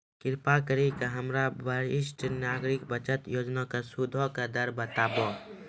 कृपा करि के हमरा वरिष्ठ नागरिक बचत योजना के सूदो के दर बताबो